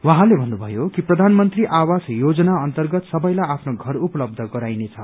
उहाँले भन्नुभयो कि प्रधानमन्त्री आवास योजना अन्तर्गत सबैलाई आफ्नो घर उपलब्य गराइनेछ